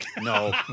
no